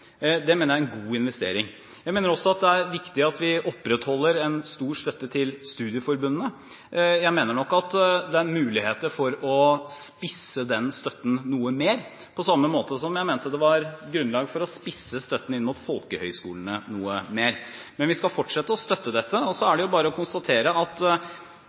Det mener jeg er en god investering. Jeg mener også at det er viktig at vi opprettholder en stor støtte til studieforbundene. Jeg mener nok at det er muligheter for å spisse den støtten noe mer – på samme måte som at jeg mente det var grunnlag for å spisse støtten til folkehøgskolene noe mer. Men vi skal fortsette å støtte dette. Og så er det jo bare å konstatere at